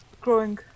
growing